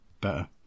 better